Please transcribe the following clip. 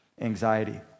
anxiety